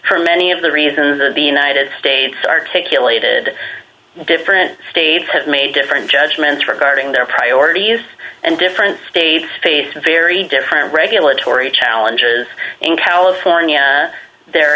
for many of the reasons that the united states articulated different states have made different judgments regarding their priorities and different states face a very different regulatory challenges in california there